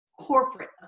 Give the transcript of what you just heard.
Corporate